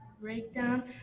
breakdown